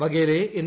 വഗേലയെ N